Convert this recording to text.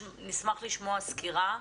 נשמח לשמוע סקירה.